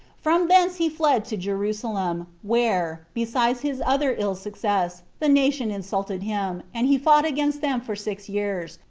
from thence he fled to jerusalem, where, besides his other ill success, the nation insulted him, and he fought against them for six years,